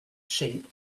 shape